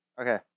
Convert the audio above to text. Okay